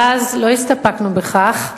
ואז לא הסתפקנו בכך,